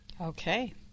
Okay